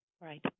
Right